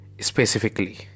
specifically